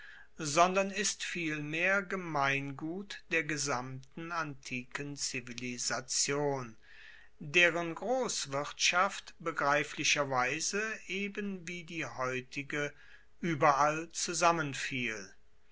sondern ist vielmehr gemeingut der gesamten antiken zivilisation deren grosswirtschaft begreiflicherweise eben wie die heutige ueberall zusammenfiel